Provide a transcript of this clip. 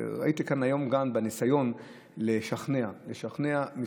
ראיתי כאן היום גם ניסיון לשכנע מפלגות